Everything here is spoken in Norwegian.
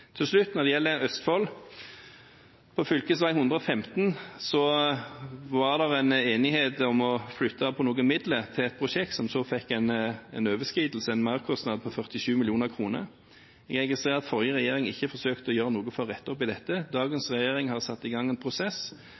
Til slutt, når det gjelder Østfold: På fv. 115 var det enighet om å flytte på noen midler til et prosjekt, som så fikk en overskridelse, en merkostnad på 47 mill. kr. Jeg registrerer at den forrige regjeringen ikke forsøkte å gjøre noe for å rette opp i dette. Dagens regjering har satt i gang en prosess.